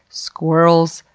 squirrels,